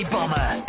Bomber